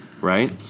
right